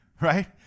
Right